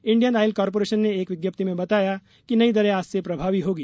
Indian oil corporation ने एक विज्ञप्ति में बताया कि नई दरें आज से प्रभावी होंगी